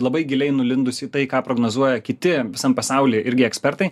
labai giliai nulindus į tai ką prognozuoja kiti visam pasauly irgi ekspertai